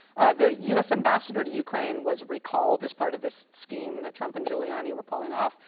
the u s. ambassador to ukraine was recalled as part of this scheme that trump and giuliani were pulling off.